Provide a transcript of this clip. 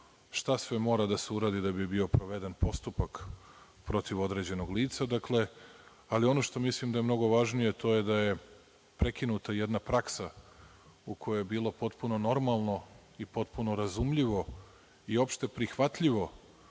šta sve mora da se uradi da bi bio sproveden postupak protiv određenog lica. Ono što mislim da je mnogo važnije, to je da je prekinuta jedna praksa u kojoj je bilo potpuno normalno i potpuno razumljivo i opšte prihvatljivo